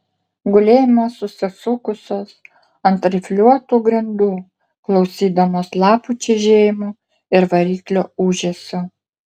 gulėjome susisukusios ant rifliuotų grindų klausydamos lapų čežėjimo ir variklio ūžesio